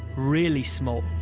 really small.